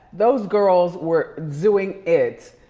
those girls were doing it.